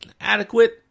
adequate